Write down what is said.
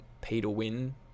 pay-to-win